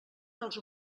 dels